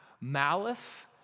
malice